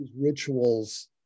rituals